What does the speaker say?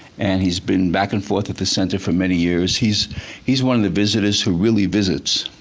and he's been back and forth at the center for many years. he's he's one of the visitors who really visits.